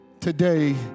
today